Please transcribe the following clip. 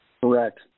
Correct